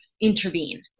intervene